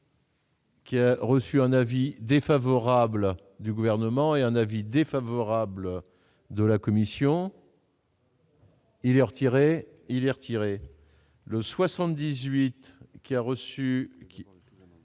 Qui a reçu un avis défavorable du gouvernement et un avis défavorable de la commission. Il est retiré il retiré le 78 qui a reçu.